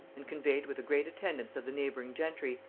and conveyed with a great attendance of the neighbouring gentry,